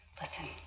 listen